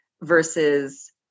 versus